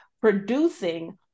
producing